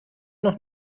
noch